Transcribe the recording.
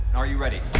are you ready?